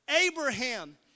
Abraham